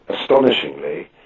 astonishingly